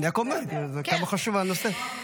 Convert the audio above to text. אני רק אומר כמה חשוב הנושא.